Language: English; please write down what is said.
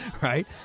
right